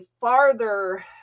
farther